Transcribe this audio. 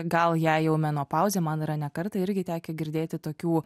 gal jai jau menopauzė man yra ne kartą irgi tekę girdėti tokių